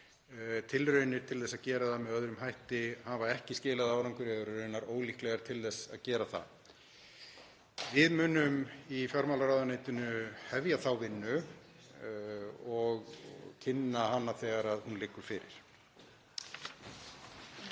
Tilraunir til að gera það með öðrum hætti hafa ekki skilað árangri og eru raunar ólíklegar til að gera það. Við munum í fjármálaráðuneytinu hefja þá vinnu og kynna hana þegar hún liggur fyrir.